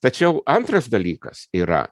tačiau antras dalykas yra